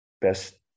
best